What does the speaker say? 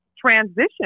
transition